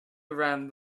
around